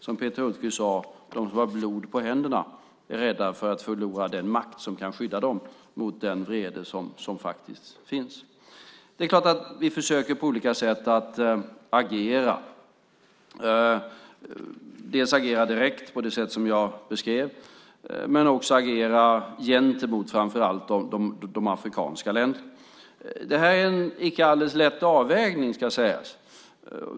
Som Peter Hultqvist sade är de som har blod på händerna rädda för att förlora den makt som kan skydda dem mot den vrede som finns. Vi försöker agera på olika sätt, dels agera direkt på det sätt som jag beskrev, dels agera gentemot framför allt de afrikanska länderna. Det här är en icke alldeles lätt avvägning, ska sägas.